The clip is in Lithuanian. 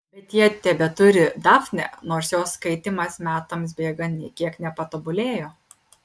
bet jie tebeturi dafnę nors jos skaitymas metams bėgant nė kiek nepatobulėjo